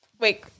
Wait